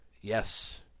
yes